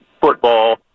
football